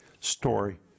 story